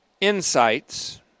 insights